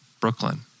Brooklyn